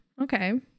Okay